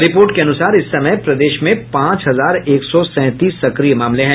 report के अनुसार इस समय प्रदेश में पांच हजार एक सौ सैंतीस सक्रिय मामले हैं